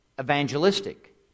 evangelistic